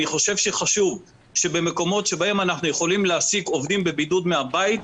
חשוב שבמקומות שבהם אנחנו יכולים להעסיק עובדים בבידוד מהבית,